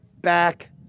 back